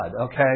okay